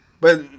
But-